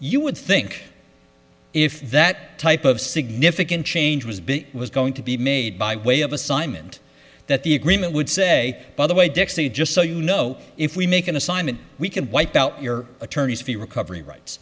you would think if that type of significant change was big was going to be made by way of assignment that the agreement would say by the way dexie just so you know if we make an assignment we can wipe out your attorney's fee recovery rights